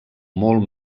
molt